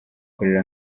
hamwe